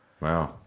wow